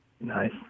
Nice